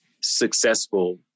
successful